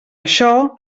això